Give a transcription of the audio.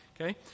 Okay